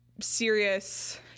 serious